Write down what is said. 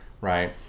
right